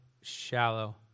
shallow